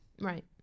Right